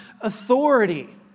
authority